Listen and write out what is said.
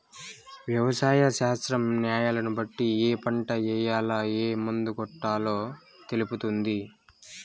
వ్యవసాయ శాస్త్రం న్యాలను బట్టి ఏ పంట ఏయాల, ఏం మందు కొట్టాలో తెలుపుతుంది